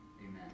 Amen